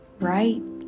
Right